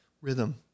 rhythm